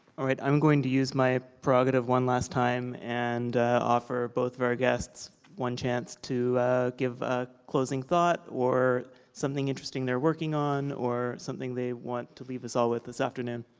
alright, i'm going to use my prerogative one last time and offer both of our guests one chance to give a closing thought, or something interesting they're working on, or something they want to leave us all with this afternoon.